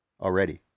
already